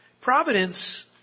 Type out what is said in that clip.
Providence